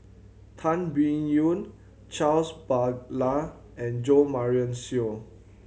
Tan Biyun Charles Paglar and Jo Marion Seow